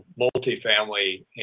multifamily